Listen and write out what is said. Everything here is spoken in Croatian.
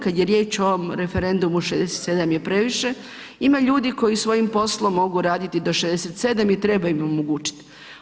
Kad je riječ o ovom referendumu 67 je previše, ima ljudi koji svojim poslom mogu raditi do 67 i treba im omogućiti.